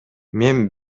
мен